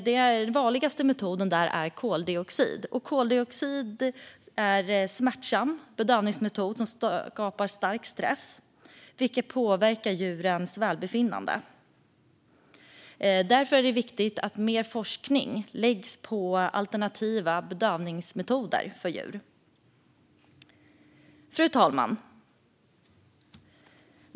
Den vanligaste metoden är bedövning med koldioxid. Detta är en smärtsam bedövningsmetod som skapar stark stress, vilket påverkar djurens välbefinnande. Därför är det viktigt att det görs mer forskning om alternativa bedövningsmetoder för djur. Fru talman!